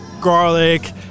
garlic